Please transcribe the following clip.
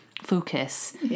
Focus